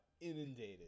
inundated